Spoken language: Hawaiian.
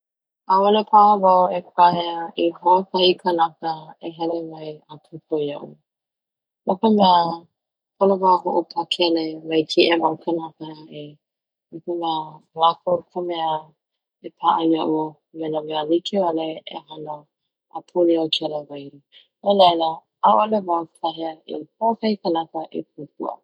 'A'ole paha wau e kahea i ho'okahi kanaka e hele mai a'e kokua ia'u no ka mea pono wau e ho'opakele mai keia mau kanaka a'e no ka mea o lakou ka mea e pa'a ia'u me na mea like'ole e hana apuni o kela wahi no laila 'a'ole wau kahea i ho'okahi kanaka e kokua.